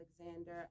Alexander